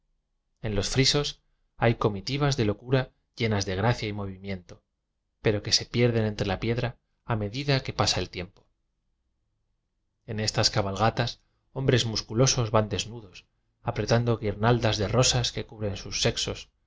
en los frisos hay comitivas de locura lie ñas de gracia y movimiento pero que se pierden entre la piedra a medida que pasa el tiempo en estas cabalgatas hombres musculosos van desnudos apretando guirnaldas de ro sas que cubren sus sexos